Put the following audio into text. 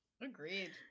Agreed